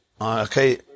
Okay